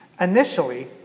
initially